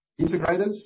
integrators